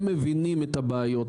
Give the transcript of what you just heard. הם מבינים את הבעיות,